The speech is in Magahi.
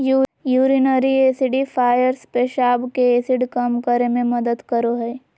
यूरिनरी एसिडिफ़ायर्स पेशाब के एसिड कम करे मे मदद करो हय